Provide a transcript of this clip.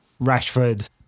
Rashford